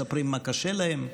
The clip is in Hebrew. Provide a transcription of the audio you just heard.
מספרים מה קשה להם,